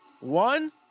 one